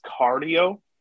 cardio